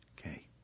Okay